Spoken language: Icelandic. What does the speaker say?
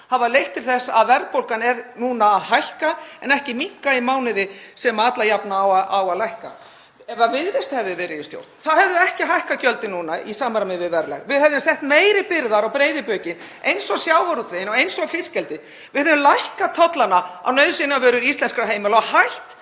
hafa leitt til þess að verðbólgan er núna að hækka en ekki lækka í mánuði sem hún alla jafna á að lækka. Ef Viðreisn hefði verið í stjórn þá hefðum við ekki verið að hækka gjöldin núna í samræmi við verðlag. Við hefðum sett meiri byrðar á breiðu bökin eins og sjávarútveginn og fiskeldið. Við hefðum lækkað tollana á nauðsynjavörur íslenskra heimila og hætt